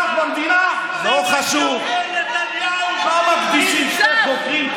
אבל מה חוקרים 200 חוקרים?